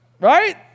Right